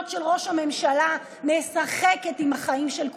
של ראש הממשלה משחקת עם החיים של כולנו,